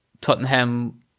Tottenham